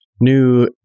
new